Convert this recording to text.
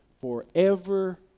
forever